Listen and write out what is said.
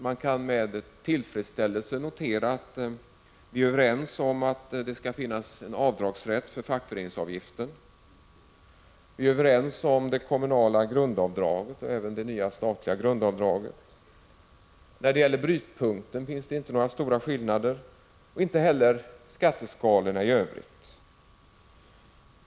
Jag noterar med tillfredsställelse att vi är överens om att det skall finnas en avdragsrätt för fackföreningsavgifter, att vi är överens om det kommunala grundavdraget och även om det nya statliga grundavdraget. När det gäller brytpunkten finns det inte några större skillnader och inte heller vad gäller skatteskalorna i övrigt.